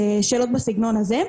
ושאלות בסגנון הזה.